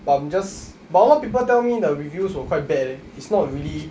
but I'm just but a lot of people tell me the reviews were quite bad eh it's not really